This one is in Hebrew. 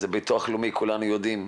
הביטוח הלאומי, כולנו יודעים,